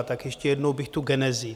Tak ještě jednou bych tu genezi.